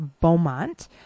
Beaumont